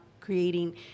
creating